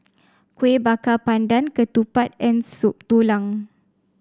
Kueh Bakar Pandan Ketupat and Soup Tulang